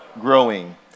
growing